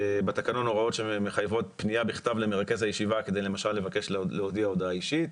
לפרוטוקול כדי למשל לבקש להודיע הודעה אישית,